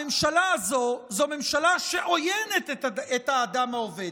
הממשלה הזאת זאת ממשלה שעוינת את האדם העובד.